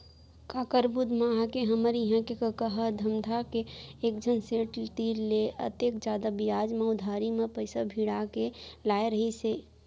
काकर बुध म आके हमर इहां के कका ह धमधा के एकझन सेठ तीर ले अतेक जादा बियाज म उधारी म पइसा भिड़ा के लाय रहिस हे